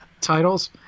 titles